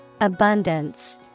Abundance